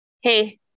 hey